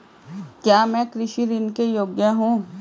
क्या मैं कृषि ऋण के योग्य हूँ?